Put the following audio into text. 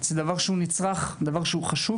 זה דבר שהוא נצרך ודבר שהוא חשוב